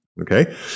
okay